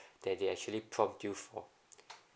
that is actually prompt you for